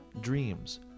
dreams